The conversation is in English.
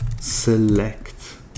select